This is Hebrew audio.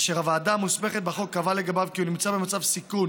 אשר הוועדה המוסמכת בחוק קבעה לגביו כי הוא נמצא במצב סיכון